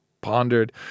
pondered